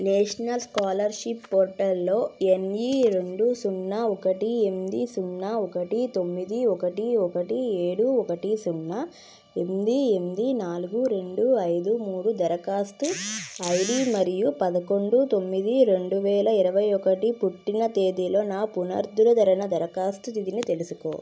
national scholarship పోర్టల్లో NE రెండు సున్నా ఒకటి ఎనిమిది సున్నా ఒకటి తొమ్మిది ఒకటి ఒకటి ఏడు ఒకటి సున్నా ఎనిమిది ఎనిమిది నాలుగు రెండు ఐదు మూడు దరఖాస్తు ఐడి మరియు పదకొండు తొమ్మిది రెండు వేల ఇరవై ఒకటి పుట్టిన తేదీలో నా పునరుద్ధరణ దరఖాస్తు స్థితిని తెలుసుకో